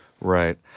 Right